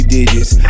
Digits